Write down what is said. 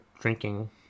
drinking